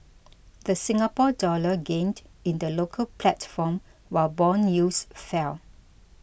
the Singapore Dollar gained in the local platform while bond yields fell